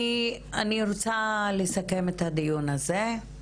אני רוצה לסכם את הדיון הזה.